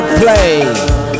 Play